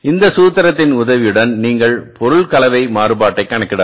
இந்த சூத்திரத்தின் உதவியுடன் நீங்கள் பொருள் கலவை மாறுபாட்டைக் கணக்கிடலாம்